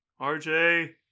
RJ